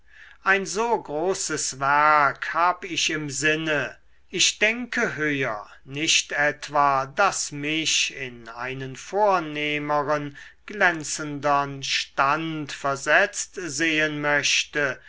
ein so großes werk hab ich im sinne ich denke höher nicht etwa daß mich in einen vornehmeren glänzendern stand versetzt sehen möchte